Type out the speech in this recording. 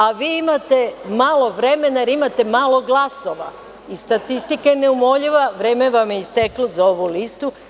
A vi imate malo vremena jer imate malo glasova, i statistika je neumoljiva, vreme vam je isteklo za ovu listu.